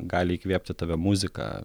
gali įkvėpti tave muzika